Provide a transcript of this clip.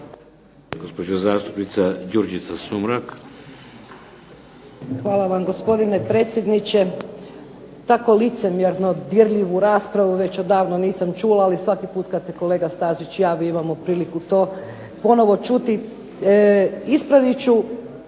Hvala vam gospodine predsjedniče. Tako licemjerno dirljivu raspravu već odavno nisam čula, ali svaki put kad se kolega Stazić javi imamo priliku to ponovo čuti. Ispravit